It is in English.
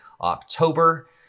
October